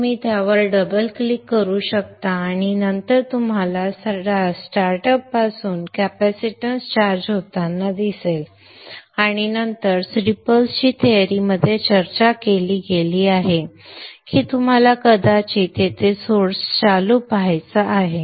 तुम्ही त्यावर double click करू शकता आणि नंतर तुम्हाला स्टार्टअपपासून कॅपॅसिटन्स चार्ज होताना दिसेल आणि नंतर रिपल्स ची थिअरीमध्ये चर्चा केली गेली आहे की तुम्हाला कदाचित येथे स्रोत चालू पहायचा आहे